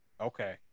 Okay